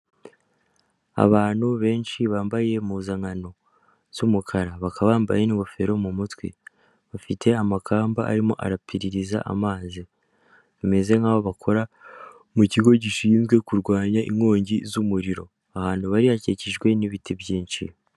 Abantu benshi bambaye impuzankano z'umukara bakaba bambaye n'ingofero mu mutwe bafite amakamba arimo arapiririza amazi bameze nk'aho bakora mu kigo gishinzwe kurwanya inkongi z'umuriro ahantu bari hakikijwe n'ibiti byinshi.